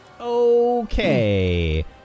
okay